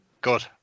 Good